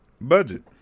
Budget